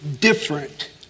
different